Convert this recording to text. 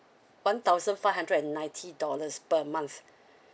one thousand five hundred and ninety dollars per month